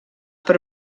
per